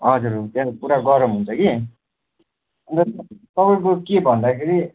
हजुर हुन्छ पुरा गरम हुन्छ कि अन्त तपाईँको के भन्दाखेरि